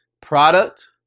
product